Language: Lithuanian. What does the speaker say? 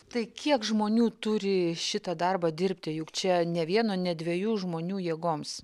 tai kiek žmonių turi šitą darbą dirbti juk čia ne vieno ne dviejų žmonių jėgoms